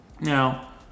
Now